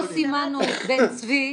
סימנו את בן צבי,